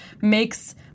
makes